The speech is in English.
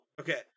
Okay